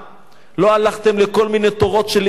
לא הלכתם לכל מיני תורות של "איזמים" לא